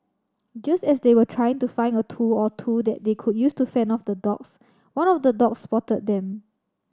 just as they were trying to find a tool or two that they could use to fend off the dogs one of the dogs spotted them